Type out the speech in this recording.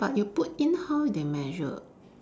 but you put in how they measure